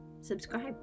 subscribe